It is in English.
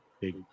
Big